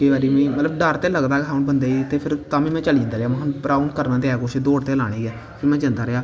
केईं बारी में ते डर ते लगदा हा बंदे ई ते तां बी अंऊ जंदा रेहा की मतलब करना ते एह् कुछ दौड़ ते लानी गै में जंदा रेहा